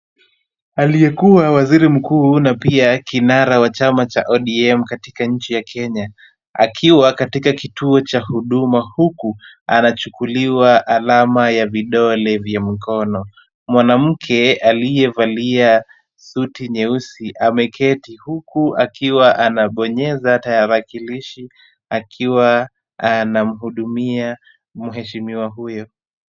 Aliyekuwa waziri mkuu na pia kinara wa chama cha ODM katika nchi ya Kenya, akiwa katika kituo cha Huduma, huku anachukuliwa alama ya vidole vya mikono. Mwanamke aliyevalia suti nyeusi ameketi huku akiwa anabonyeza tarakilishi akiwa anamhudumia mheshimiwa huyu.